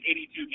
82